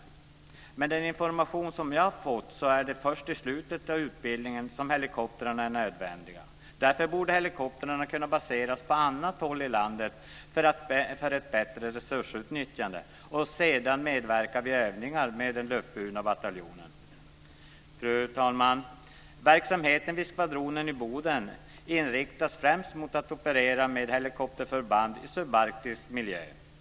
Men enligt den information som jag har fått är det först i slutet av utbildningen som helikoptrarna är nödvändiga. Därför borde helikoptrarna kunna baseras på annat håll i landet för ett bättre resursutnyttjande och sedan kunna medverka vid övningar med den luftburna bataljonen. Fru talman! Verksamheten vid skvadronen i Boden inriktas främst mot att operera med helikopterförband i subarktisk miljö.